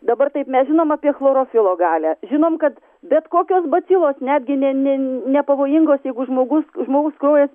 dabar taip mes žinom apie chlorofilo galią žinom kad bet kokios bacilos netgi ne ne ne nepavojingos jeigu žmogus žmogaus kraujas